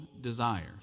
desires